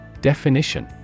Definition